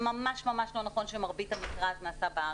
זה ממש לא נכון שמרבית המכרז נעשה בארץ.